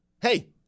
hey